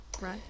right